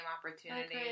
opportunity